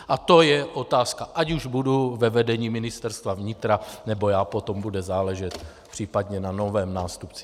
A to je otázka, ať už budu ve vedení Ministerstva vnitra já, nebo potom bude záležet případně na novém nástupci.